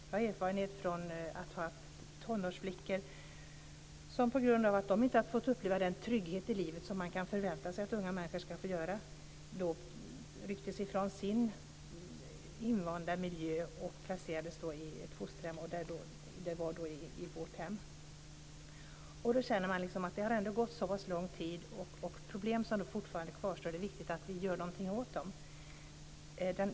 Jag har erfarenhet av att ha tonårsflickor som på grund av att de inte hade fått uppleva den trygghet i livet som man kan förvänta sig att unga människor ska få rycktes ifrån sin invanda miljö och placerades i ett fosterhem, i vårt hem. Man känner att det ändå har gått så pass lång tid, och problem som fortfarande kvarstår är det viktigt att vi gör något åt.